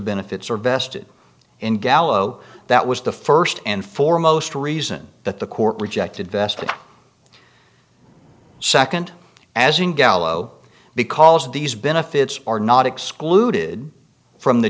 benefits are vested in gallo that was the first and foremost reason that the court rejected vested second as in gallo because of these benefits are not excluded from the